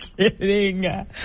kidding